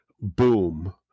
boom